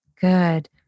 Good